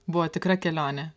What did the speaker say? buvo tikra kelionė